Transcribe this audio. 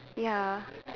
ya